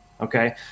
okay